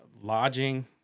lodging